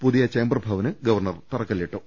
പുതിയ ചേംബർ ഭവന് ഗവർണർ തറക്കല്ലിട്ടു